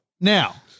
Now